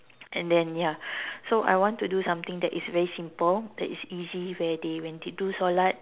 and then ya so I want to do something that is very simple that is easy where they when they do solat